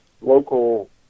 local